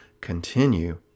continue